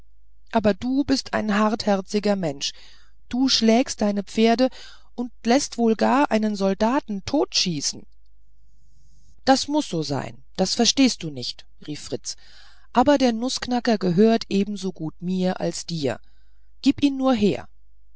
aber du bist ein hartherziger mensch du schlägst deine pferde und läßt wohl gar einen soldaten tot schießen das muß so sein das verstehst du nicht rief fritz aber der nußknacker gehört ebensogut mir als dir gib ihn nur her